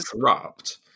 corrupt